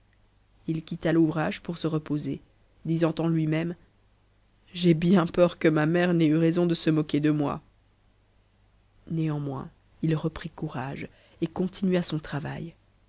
il quitta l'ouvrage pour se reposer disant en lui-même j'ai bien peur que ma mère u'ait eu raison de se moquer de moi néanmoins il reprit courage et continua son travail